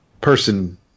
person